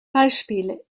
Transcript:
beispiel